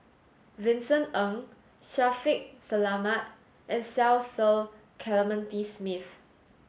Vincent Ng Shaffiq Selamat and Cecil Clementi Smith